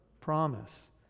promise